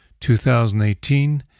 2018